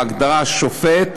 בהגדרה "שופט",